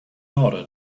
order